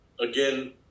again